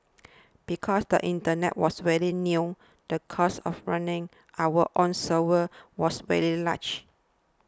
because the internet was very new the cost of running our own servers was very large